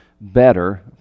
better